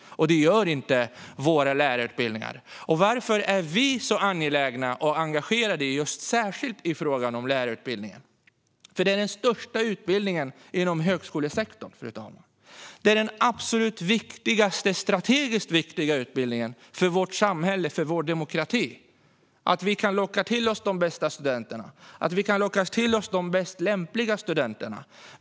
Det gör inte våra lärarutbildningar. Varför är vi liberaler så engagerade i särskilt frågan om lärarutbildningen? Det är den största utbildningen inom högskolesektorn, fru talman. Det är den strategiskt absolut viktigaste utbildningen för vårt samhälle och för vår demokrati. Vi ska kunna locka till oss de bästa studenterna och de mest lämpliga studenterna.